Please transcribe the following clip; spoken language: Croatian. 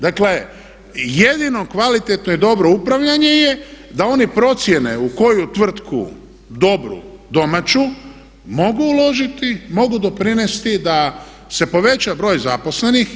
Dakle, jedino kvalitetno i dobro upravljanje je da oni procijene u koju tvrtku dobru domaću mogu uložiti, mogu doprinesti da se poveća broj zaposlenih.